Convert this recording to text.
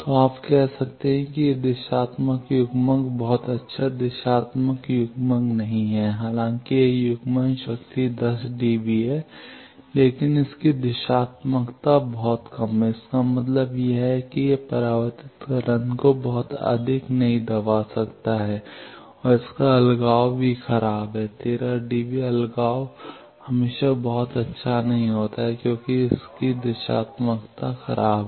तो आप कह सकते हैं कि यह दिशात्मक युग्मक बहुत अच्छा दिशात्मक युग्मक नहीं है हालांकि यह युग्मन शक्ति 10 डीबी है लेकिन इसकी दिशात्मकता बहुत कम है इसका मतलब यह है कि यह परावर्तित तरंग को बहुत अधिक नहीं दबा सकता है और इसका अलगाव भी खराब है 13 डीबी अलगाव हमेशा बहुत अच्छा नहीं होता है क्योंकि इसकी दिशात्मकता खराब है